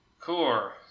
Core